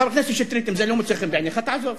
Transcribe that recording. חבר הכנסת שטרית, אם זה לא מוצא חן בעיניך תעזוב.